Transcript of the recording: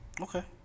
Okay